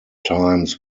times